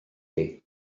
chi